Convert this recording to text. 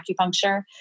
acupuncture